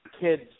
kids